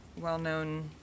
well-known